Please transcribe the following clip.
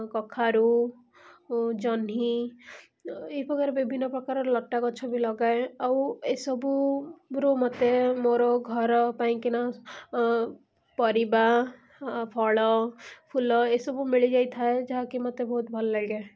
କଖାରୁ ଜହ୍ନି ଏଇପ୍ରକାର ବିଭିନ୍ନ ପ୍ରକାର ଲତା ଗଛ ବି ଲଗାଏ ଆଉ ଏସବୁରୁ ମୋତେ ମୋର ଘର ପାଇଁକିନା ପରିବା ଫଳ ଫୁଲ ଏସବୁ ମିଳିଯାଇଥାଏ ଯାହାକି ମୋତେ ବହୁତ ଭଲ ଲାଗେ